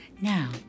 now